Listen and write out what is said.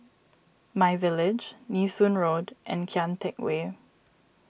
My Village Nee Soon Road and Kian Teck Way